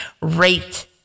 rate